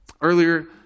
Earlier